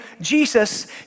Jesus